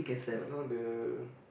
but now the